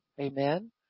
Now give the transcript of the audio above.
amen